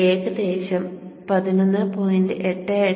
ഇത് ഏകദേശം 11